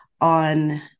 on